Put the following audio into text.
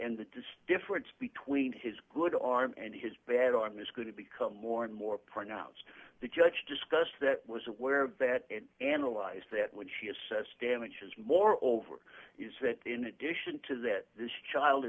and the difference between his good arm and his bad arm is going to become more and more pronounced the judge discussed that was aware of that and analyze that when she assess damages moreover in addition to that this child